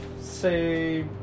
Say